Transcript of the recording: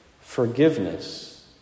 Forgiveness